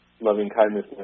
loving-kindness